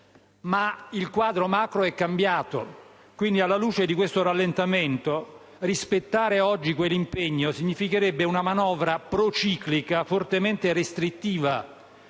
Ma il quadro macroeconomico è cambiato: quindi, alla luce di questo rallentamento, rispettare oggi quell'impegno significherebbe una manovra prociclica fortemente restrittiva